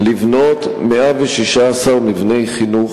לבנות השנה 116 מבני חינוך,